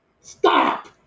Stop